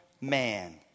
man